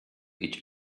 each